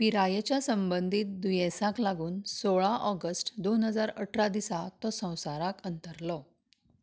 पिरायेच्या संबंदीत दुयेंसाक लागून सोळा ऑगस्ट दोन हजार अठरा दिसा तो संवसाराक अंतरलो